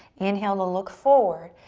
inhale to look forward.